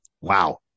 wow